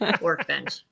workbench